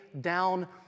down